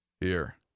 Here